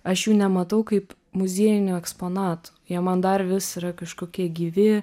aš jų nematau kaip muziejinių eksponatų jie man dar vis yra kažkokie gyvi